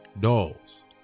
dolls